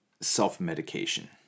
self-medication